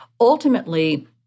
ultimately